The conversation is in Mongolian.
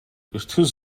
эртхэн